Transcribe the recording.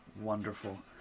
Wonderful